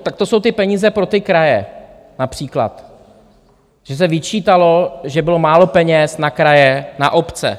Tak to jsou ty peníze pro kraje například, že se vyčítalo, že bylo málo peněz na kraje, na obce.